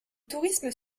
tourisme